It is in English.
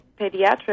Pediatrics